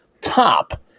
top